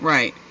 Right